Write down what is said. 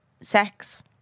sex